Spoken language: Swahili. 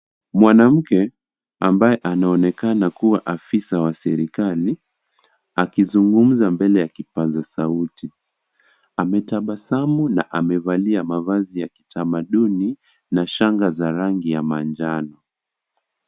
Mwanamke ambaye anaonekana kuwa afisa wa serikali akizungumza mbele ya kipaza sauti, ametabasamu na amevalia mavazi ya kitamaduni na shanga za rangi ya manjano.